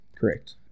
correct